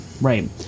Right